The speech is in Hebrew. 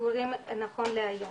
סגורים נכון להיום.